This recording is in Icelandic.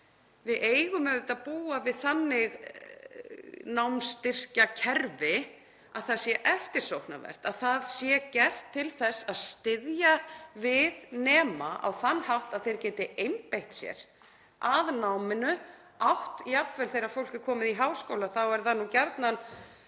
Við eigum auðvitað að búa við þannig námsstyrkjakerfi að það sé eftirsóknarvert, að það sé gert til þess að styðja við nema á þann hátt að þeir geti einbeitt sér að náminu. Og þegar fólk er komið í háskóla er það nú gjarnan